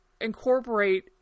incorporate